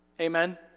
Amen